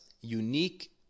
unique